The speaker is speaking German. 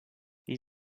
sie